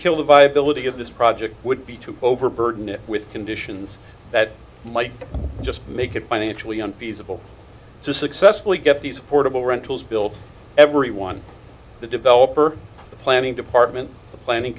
kill the viability of this project would be to overburden it with conditions that might just make it financially unfeasible to successfully get these portable rentals built everyone the developer the planning department the planning